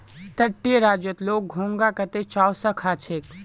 तटीय राज्यत लोग घोंघा कत्ते चाव स खा छेक